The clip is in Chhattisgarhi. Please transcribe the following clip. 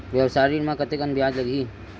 व्यवसाय ऋण म कतेकन ब्याज लगही?